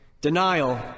Denial